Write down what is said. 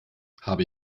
habe